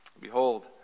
Behold